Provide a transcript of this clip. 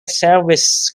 service